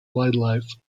wildlife